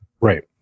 right